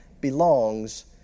belongs